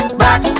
back